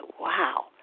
wow